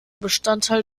bestandteil